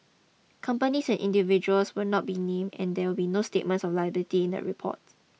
companies and individuals will not be named and there will be no statements of liability in the reports